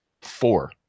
Four